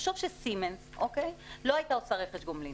תחשוב שסימנס לא הייתה עושה רכש גומלין.